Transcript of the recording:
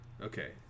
Okay